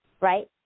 right